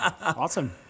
Awesome